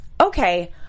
Okay